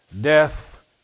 death